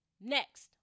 Next